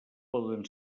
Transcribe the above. poden